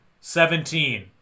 Seventeen